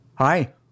Hi